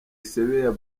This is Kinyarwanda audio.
sebeya